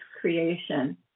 creation